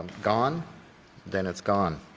gone then it's gone.